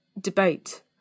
debate